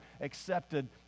accepted